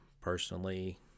Personally